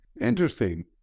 Interesting